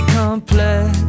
complex